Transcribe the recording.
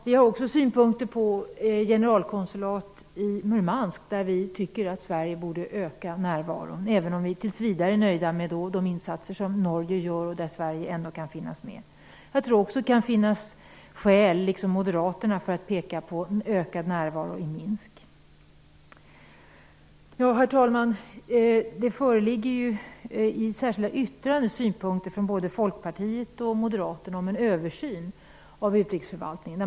Vi har också synpunkter på generalkonsulatet i Murmansk, där vi tycker att Sverige borde öka närvaron. Vi är emellertid tills vidare nöjda med de insatser som Norge gör och där Sverige ändå kan finnas med. Jag tror också, liksom Moderaterna, att det kan finnas skäl för en ökad svensk närvaro i Minsk. Herr talman! Det föreligger i särskilda yttranden synpunkter från både Folkpartiet och Moderaterna om en översyn av utrikesförvaltningen.